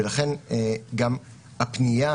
ולכן גם הפנייה